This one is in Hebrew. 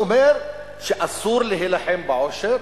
אומר שאסור להילחם בעושר,